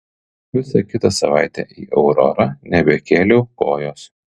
visą kitą savaitę į aurorą nebekėliau kojos